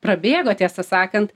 prabėgo tiesą sakant